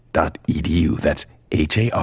dot e. d. u. that's eighteen.